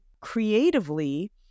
creatively